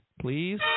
please